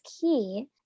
key